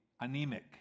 anemic